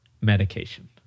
medication